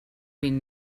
vint